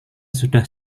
sudah